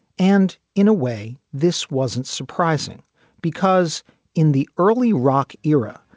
and in a way, this wasn't surprising because in the early rock era,